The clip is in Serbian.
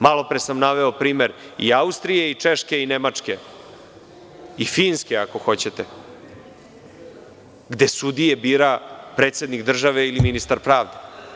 Malopre sam naveo primer Austrije i Češke i Nemačke i Finske, ako hoćete, gde sudije bira predsednik države ili ministar pravde.